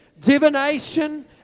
divination